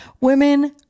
Women